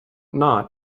not